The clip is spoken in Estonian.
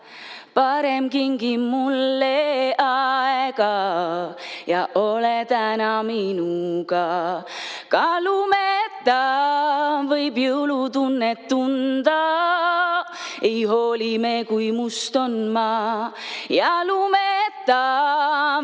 saa, parem kingi mulle aegaja ole täna minuga. Ka lumeta võib jõulutunnet tunda, ei hooli me, kui must on maa, ja lumeta